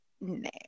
no